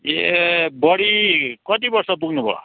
ए बडी कति वर्ष पुग्नुभयो